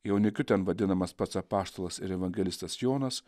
jaunikiu ten vadinamas pats apaštalas ir evangelistas jonas